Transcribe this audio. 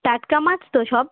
টাটকা মাছ তো সব